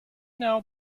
know